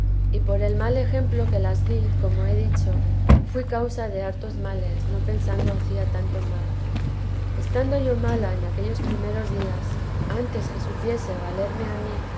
y por el mal ejemplo que las di como he dicho fui causa de hartos males no pensando hacía tanto mal estando yo mala en aquellos primeros días antes que supiese valerme a mí